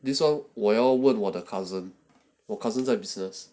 these [one] 我要问我的 cousin 我 cousins 在 business